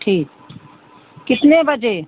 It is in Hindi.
ठीक कितने बजे